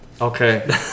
Okay